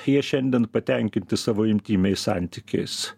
jie šiandien patenkinti savo intymiais santykiais